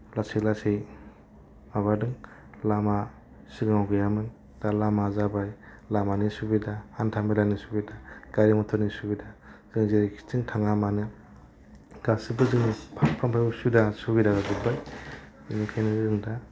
लासै लासै माबादों लामा सिगाङाव गैयामोन दा लामा जाबाय लामानि सुबिदा हान्थामेलानि सुबिदा गारि मथरनि सुबिदा जों जेरैखिथिं थाङा मानो गासैबो जोंनि फारफ्रोमबो सुबिदा सुबिदा जाजोब्बाय बेनिखायनो जों दा